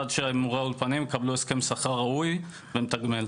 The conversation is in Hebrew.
עד שמורי האולפנים יקבלו הסכם שכר ראוי ומתגמל.